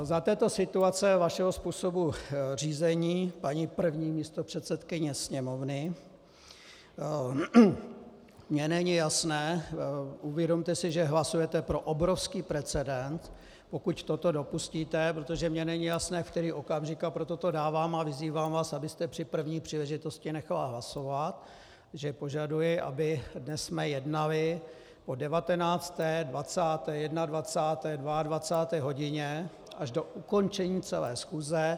Za této situace vašeho způsobu řízení, paní první místopředsedkyně sněmovny, mně není jasné uvědomte si, že hlasujete pro obrovský precedent, pokud toto dopustíte, protože mně není jasné, v který okamžik, a proto to dávám a vyzývám vás, abyste při první příležitosti nechala hlasovat, že požaduji, abychom dnes jednali po 19., 20., 21., 22. hodině až do ukončení celé schůze.